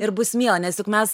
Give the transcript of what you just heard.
ir bus miela nes juk mes